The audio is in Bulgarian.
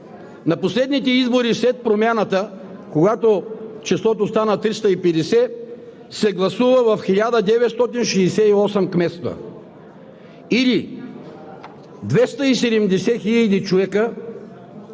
На последните избори след промяната, когато числото стана 350, се гласува в 1968 кметства, или 270 хиляди човека